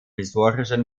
historischen